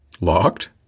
Locked